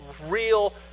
real